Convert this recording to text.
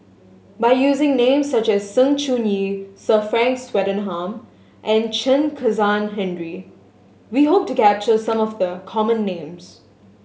by using names such as Sng Choon Yee Sir Frank Swettenham and Chen Kezhan Henri we hope to capture some of the common names